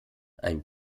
ein